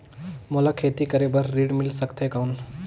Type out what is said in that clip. मोला खेती करे बार ऋण मिल सकथे कौन?